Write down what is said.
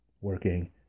working